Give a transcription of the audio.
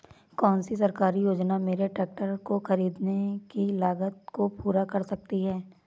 कौन सी सरकारी योजना मेरे ट्रैक्टर को ख़रीदने की लागत को पूरा कर सकती है?